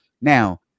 now